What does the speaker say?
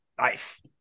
Nice